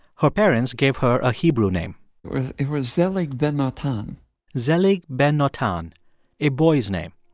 her parents gave her a hebrew name it was zelig ben-natan zelig ben-natan a boy's name.